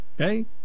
Okay